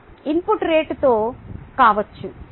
రేటుతో ఇన్పుట్ కావచ్చు